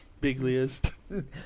Bigliest